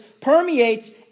permeates